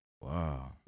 Wow